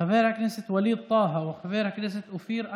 חבר הכנסת ווליד טאהא, חבר הכנסת אופיר אקוניס,